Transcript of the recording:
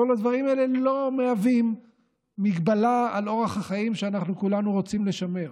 כל הדברים האלה לא מהווים מגבלה על אורח החיים שאנחנו כולנו רוצים לשמר,